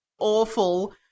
awful